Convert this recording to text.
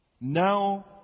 Now